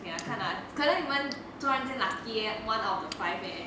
ya 看 lah 可能你们中到一次 lucky leh one of the five leh